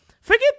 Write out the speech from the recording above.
forget